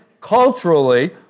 culturally